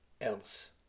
else